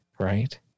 Right